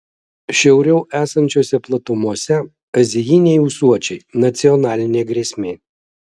šiauriau esančiose platumose azijiniai ūsuočiai nacionalinė grėsmė